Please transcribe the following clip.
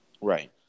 Right